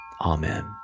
Amen